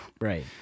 right